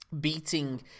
beating